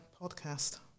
podcast